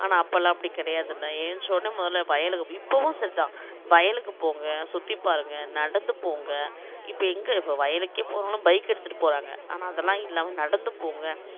ஆனால் அப்படிலாம் அப்படி கிடையாதுல்ல ஏன்சோனே முதலில் வயலுக்கு போய் இப்போவும் சரிதான் வயலுக்கு போங்கள் சுற்றி பாருங்கள் நடந்து போங்கள் இப்போ எங்கள் இப்போ வயலுக்கே போனாலும் பைக் எடுத்துட்டு போகிறாங்க ஆனால் அதெலாம் இல்லாமல் நடந்து போங்க